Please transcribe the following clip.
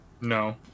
No